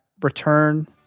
Return